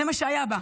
זה מה שהיה בה,